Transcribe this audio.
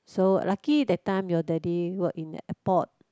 so lucky that time your daddy work in the airport